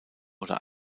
oder